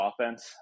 offense